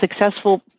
successful